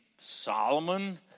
Solomon